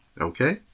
Okay